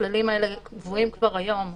הכללים האלה קבועים כבר היום.